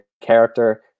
character